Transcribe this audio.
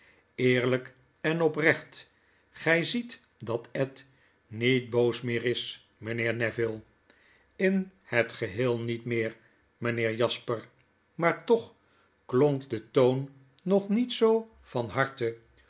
eerlyk en oprecht gy ziet dat ed niet boos meer is mynheer neville in het geheel niet meer mynheer jasper maar toch klonk de toon nog niet zoo van harte